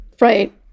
Right